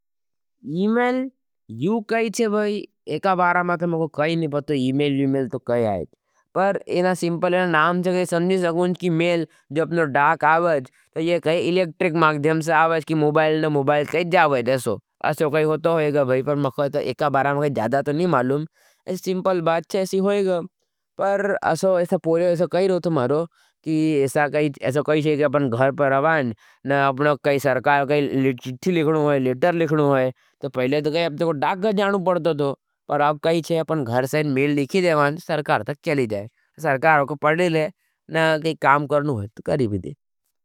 इमेल, यू कही छे भाई, एका बारा मा तो मैं को कही नहीं पता, इमेल, इमेल तो कही आये। पर इना सिंपल, इना नाम छे कही समझी सकूँच, कि मेल, जो अपनो डाक आवज, तो ये कही एलेक्ट्रिक माक्डियम सा आवज, कि मुबायल ना मुबायल कही जावज, ऐसो। ऐसो कही हो तो होईगा। भाई, पर मैं कही ऐसा एका बारा मा कही जादा तो नहीं मालूम, ऐसा सिंपल बात छे ऐसी होईगा। पर ऐसा पोले, ऐसा कही रो तो मारो, कि ऐसा कही, ऐसा कही छे। कि अपनो घर पर आवज, न अपनो कही सरकार कही चिठी लिखनू होई, लेटर लि जानू बड़तो दो, पर आप कही छे, अपनो घर से मेल लिखी देवाँ, तो सरकार तक चली जाए। सरकार को पढ़े ले, न के काम करनू होई, तो करी भी देवाँ।